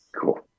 Cool